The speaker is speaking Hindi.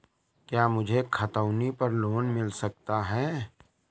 क्या मुझे खतौनी पर लोन मिल सकता है?